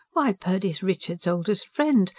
why, purdy is richard's oldest friend.